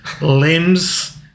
limbs